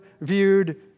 viewed